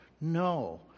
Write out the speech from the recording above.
No